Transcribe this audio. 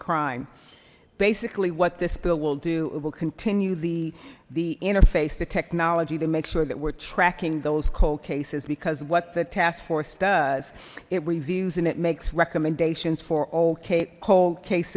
crime basically what this bill will do it will continue the the interface the technology to make sure that we're tracking those cold cases because what the task force does it reviews and it makes recommendations for okay cold case